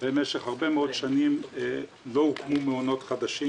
במשך הרבה מאוד שנים לא הוקמו מעונות חדשים,